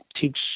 teach